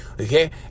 Okay